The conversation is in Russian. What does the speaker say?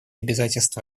обязательства